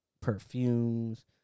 perfumes